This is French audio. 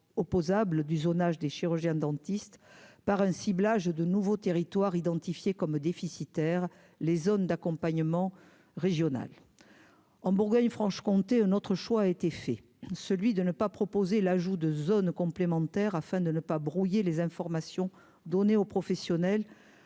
opposable du zonage des chirurgiens dentistes par un ciblage de nouveaux territoires identifiés comme déficitaires, les zones d'accompagnement régionales en Bourgogne Franche-Comté, un autre choix a été fait, celui de ne pas proposer l'ajout de zones complémentaires afin de ne pas brouiller les informations données aux professionnels